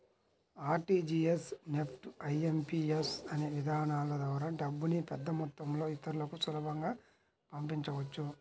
RTGS, NEFT, IMPS అనే విధానాల ద్వారా డబ్బుని పెద్దమొత్తంలో ఇతరులకి సులభంగా పంపించవచ్చు